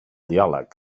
diàleg